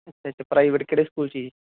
ਅੱਛਾ ਅੱਛਾ ਪ੍ਰਾਈਵੇਟ ਕਿਹੜੇ ਸਕੂਲ 'ਚ ਜੀ